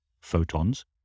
photons